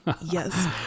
Yes